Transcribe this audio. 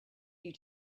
you